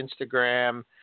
Instagram